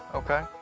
okay.